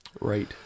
right